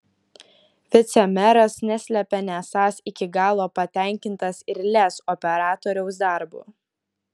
vicemeras neslepia nesąs iki galo patenkintas ir lez operatoriaus darbu